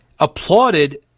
applauded